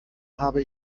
habe